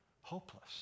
Hopeless